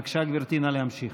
בבקשה, גברתי, נא להמשיך.